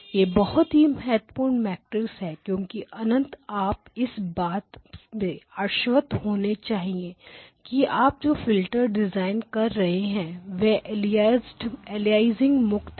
यह बहुत ही महत्वपूर्ण मैट्रिक्स है क्योंकि अंततः आप इस बात से आश्वस्त होने चाहिए कि आप जो फिल्टर डिज़ाइन कर रहे हैं वह अलियासिंग मुक्त है